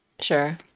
sure